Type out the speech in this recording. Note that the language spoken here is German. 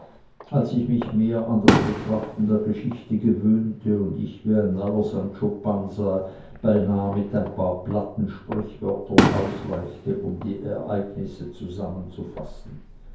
als ich mich mehr an das betrachten der geschichte gewöhnte und ich wie ein neuer sancho pansa beinahe mit ein paar platten sprichwörtern ausreichte um die ergebnisse zusammenzufassen